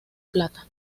plata